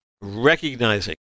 recognizing